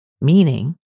Meaning